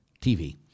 TV